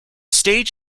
stage